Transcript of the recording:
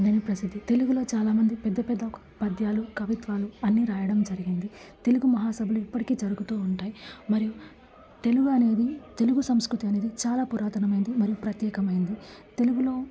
అనని ప్రసిద్ధి తెలుగులో చాలా మంది పెద్ద పెద్ద పద్యాలు కవిత్వాలు అన్ని రాయడం జరిగింది తెలుగు మహాసభలు ఇప్పటికి జరుగుతూ ఉంటాయి మరియు తెలుగు అనేది తెలుగు సంస్కృతం అనేది చాలా పురాతనమైనది మరియు ప్రత్యేకమైనది తెలుగులో